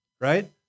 right